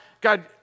God